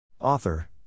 Author